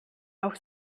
auch